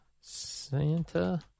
Santa